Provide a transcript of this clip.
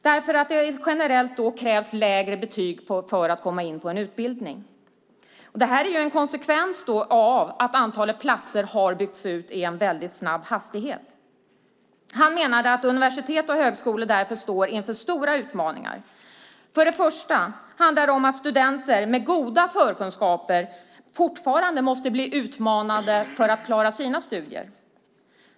Då krävs det ju generellt lägre betyg för att komma in. Detta är en konsekvens av att antalet platser har byggts ut i en väldigt snabb hastighet. Universitetskanslern menade att universitet och högskolor därför står inför stora utmaningar. För det första handlar det om att studenter med goda förkunskaper fortfarande måste bli utmanade för att klara sina studier.